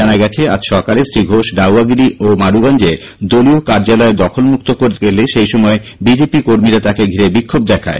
জানা গেছে আজ সকালে শ্রীঘোষ ডাউয়াগুড়ি ও মারুগঞ্জে দলীয় কার্যলয় দখলমুক্ত গেলে সেইসময়ে বিজেপি কর্মীরা তাকে ঘিরে বিক্ষোভ দেখায়